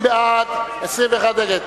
30 בעד, 21 נגד.